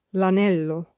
l'anello